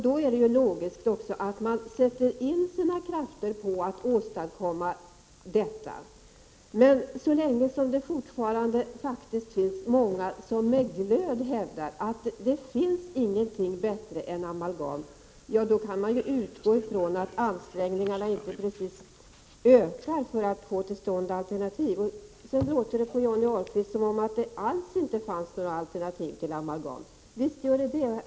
Det är då logiskt att man sätter in krafterna på att åstadkomma detta. Men — Prot. 1989/90:26 så länge det fortfarande finns många som med glöd hävdar att det inte finns 15 november 1989 någonting bättre än amalgam, kan man utgå från att ansträngningarna ite. AS precis ökar för att få till stånd alternativ. Det låter på Johnny Ahlqvist som om det inte alls fanns några alternativ till amalgam. Det gör det visst!